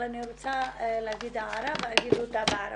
אבל אני רוצה להגיד הערה ואגיד אותה בערבית.